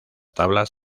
tablas